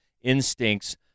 instincts